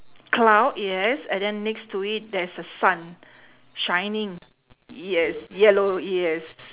cloud yes and then next to it there's a sun shining yes yellow yes